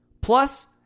plus